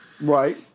Right